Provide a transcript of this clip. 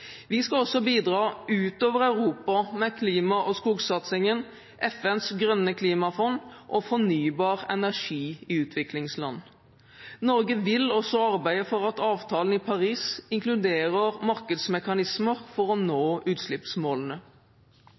Vi skal også bidra utover Europa med klima- og skogsatsingen, FNs grønne klimafond og fornybar energi i utviklingsland. Norge vil også arbeide for at avtalen i Paris inkluderer markedsmekanismer for å nå utslippsmålene.